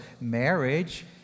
marriage